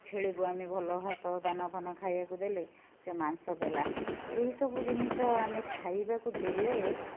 ଛେଳିକୁ ଆମେ ଭଲ ଘାସ ଦାନା ଫାନା ଖାଇବାକୁ ଦେଲେ ସେ ମାଂସ ଦେଲା ଏହିସବୁ ଜିନିଷ ଆମେ ଖାଇବାକୁ ଦେଲେ